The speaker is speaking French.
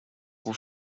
vous